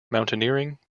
mountaineering